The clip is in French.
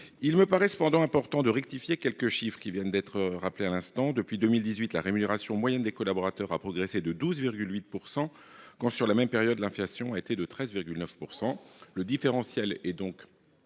Il me paraît cependant important de rectifier quelques uns des chiffres qui viennent d’être énoncés. Depuis 2018, la rémunération moyenne des collaborateurs a progressé de 12,8 % quand, sur la même période, l’inflation a été de 13,9 %. Le différentiel est donc